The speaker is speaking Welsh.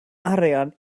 arian